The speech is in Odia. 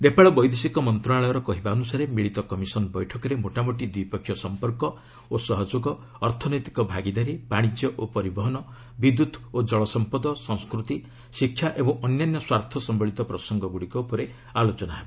ନେପାଳ ବୈଦେଶିକ ମନ୍ତ୍ରଣାଳୟର କହିବା ଅନୁସାରେ ମିଳିତ କମିଶନ ବୈଠକରେ ମୋଟାମୋଟି ଦ୍ୱିପକ୍ଷୀୟ ସଂପର୍କ ଓ ସହଯୋଗ ଅର୍ଥନୈତିକ ଭାଗିଦାରୀ ବାଣିଜ୍ୟ ଓ ପରିବହନ ବିଦ୍ୟୁତ ଓ ଜଳସଂପଦ ସଂସ୍କୃତି ଶିକ୍ଷା ଏବଂ ଅନ୍ୟାନ୍ୟ ସ୍ୱାର୍ଥସମ୍ଭଳିତ ପ୍ରସଙ୍ଗଗୁଡ଼ିକ ଉପରେ ଆଲୋଚନା ହେବ